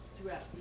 throughout